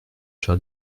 cher